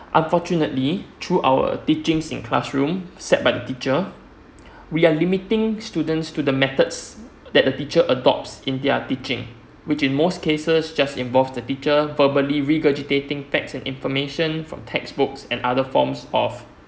unfortunately through our teachings in classroom set by the teacher we are limiting students to the methods that the teacher adopts in their teaching which in most cases just involve the teacher verbally regurgitating text and information from textbooks and other forms of